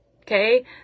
Okay